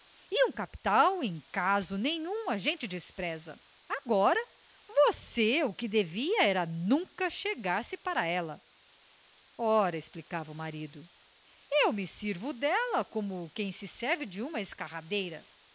o capital e um capital em caso nenhum a gente despreza agora você o que devia era nunca chegar-se para ela ora explicava o marido eu me sirvo dela como quem se serve de uma escarradeira